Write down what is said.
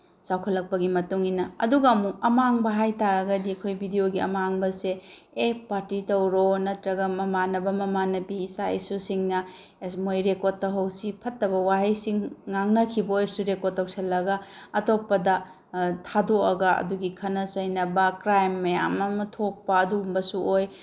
ꯆꯥꯎꯈꯠꯂꯛꯄꯒꯤ ꯃꯇꯨꯡꯏꯟꯅ ꯑꯗꯨꯒ ꯑꯃꯨꯛ ꯑꯃꯥꯡ ꯍꯥꯏ ꯇꯥꯔꯒꯗꯤ ꯑꯩꯈꯣꯏ ꯕꯤꯗꯤꯑꯣꯒꯤ ꯑꯃꯥꯡꯕꯁꯦ ꯑꯦ ꯄꯥꯔꯇꯤ ꯇꯧꯔꯣ ꯅꯠꯇ꯭ꯔꯒ ꯃꯃꯥꯟꯅꯕ ꯃꯃꯥꯟꯅꯕꯤ ꯏꯆꯥ ꯏꯁꯨꯁꯤꯡꯅ ꯃꯣꯏ ꯔꯦꯀꯣꯔꯠ ꯇꯧꯍꯧꯁꯤ ꯐꯠꯇꯕ ꯋꯥꯍꯩꯁꯤꯡ ꯉꯥꯡꯅꯈꯤꯕ ꯑꯣꯏꯔꯁꯨ ꯔꯦꯀꯣꯔꯠ ꯇꯧꯁꯤꯜꯂꯒ ꯑꯇꯣꯞꯄꯗ ꯊꯥꯗꯣꯛꯑꯒ ꯑꯗꯨꯒꯤ ꯈꯟꯅ ꯆꯩꯅꯕ ꯀ꯭ꯔꯥꯏꯝ ꯃꯌꯥꯝ ꯑꯃ ꯊꯣꯛꯄ ꯑꯗꯨꯒꯨꯝꯕꯁꯨ ꯑꯣꯏ